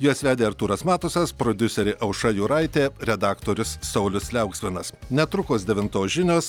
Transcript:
juos vedė artūras matusas prodiuserė aušra juraitė redaktorius saulius liauksminas netrukus devintos žinios